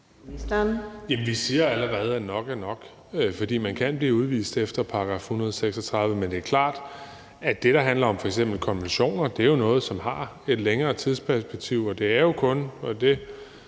vi siger allerede, at nok er nok, fordi man kan blive udvist efter § 136, men det er klart, at det, der handler om f.eks. konventioner, jo er noget, som har et længere tidsperspektiv, og det er jo kun,